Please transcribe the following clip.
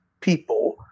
people